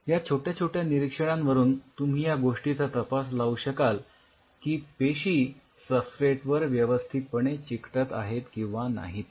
या छोट्या छोट्या निरीक्षणांवरून तुम्ही या गोष्टीचा तपास लावू शकाल की पेशी सबस्ट्रेट वर व्यवस्थितपणे चिकटत आहेत किंवा नाहीत